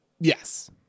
Yes